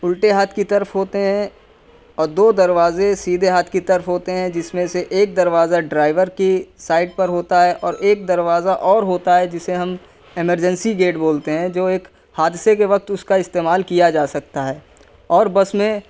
الٹے ہاتھ کی طرف ہوتے ہیں اور دو دروازے سیدھے ہاتھ کی طرف ہوتے ہیں جس میں سے ایک دروازہ ڈرائیور کی سائڈ پر ہوتا ہے ایک دروازہ اور ہوتا ہے جسے ہم ایمرجنسی گیٹ بولتے ہیں جو ایک حادثے کے وقت اس کا استعمال کیا جا سکتا ہے اور بس میں